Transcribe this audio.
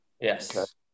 yes